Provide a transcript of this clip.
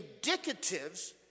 indicatives